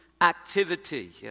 activity